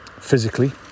physically